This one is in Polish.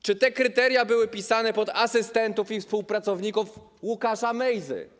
Czy te kryteria były pisane pod asystentów i współpracowników Łukasza Mejzy?